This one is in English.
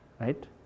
right